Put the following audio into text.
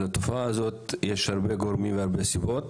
אבל לתופעה הזאת יש הרבה גורמים וסיבות.